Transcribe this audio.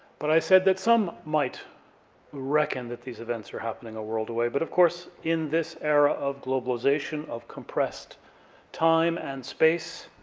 but i said that some might reckon that these events are happening a world away, but of course, in this era of globalization, of compressed time and space,